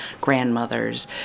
grandmothers